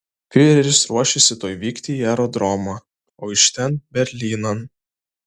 fiureris ruošėsi tuoj vykti į aerodromą o iš ten berlynan